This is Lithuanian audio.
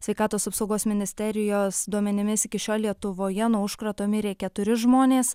sveikatos apsaugos ministerijos duomenimis iki šiol lietuvoje nuo užkrato mirė keturi žmonės